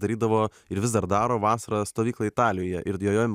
darydavo ir vis dar daro vasaros stovyklą italijoje ir joje